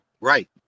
Right